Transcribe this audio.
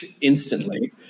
instantly